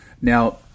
now